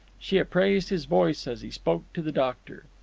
she appraised his voice as he spoke to the doctor.